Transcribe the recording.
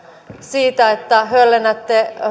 siitä että höllennätte